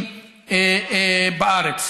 בארץ.